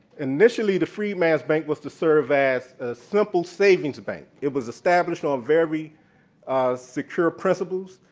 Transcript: initially the freedman's bank was to serve as a simple savings bank. it was established on very secure principles.